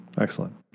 Excellent